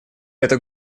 это